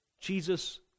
Jesus